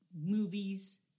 movies